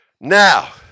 Now